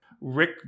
Rick